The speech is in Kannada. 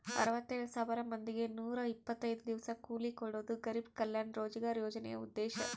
ಅರವತ್ತೆಳ್ ಸಾವಿರ ಮಂದಿಗೆ ನೂರ ಇಪ್ಪತ್ತೈದು ದಿವಸ ಕೂಲಿ ಕೊಡೋದು ಗರಿಬ್ ಕಲ್ಯಾಣ ರೋಜ್ಗರ್ ಯೋಜನೆ ಉದ್ದೇಶ